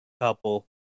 couple